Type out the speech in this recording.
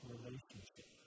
relationship